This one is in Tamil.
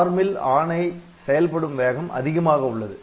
ARM ல் ஆணை செயல்படும் வேகம் அதிகமாக உள்ளது